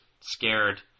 scared